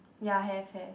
ya have have